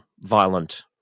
violent